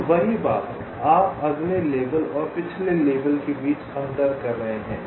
तो वही बात आप अगले लेबल और पिछले लेबल के बीच अंतर कर रहे हैं